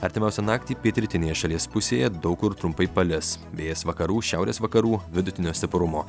artimiausią naktį pietrytinėje šalies pusėje daug kur trumpai palis vėjas vakarų šiaurės vakarų vidutinio stiprumo